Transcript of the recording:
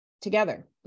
together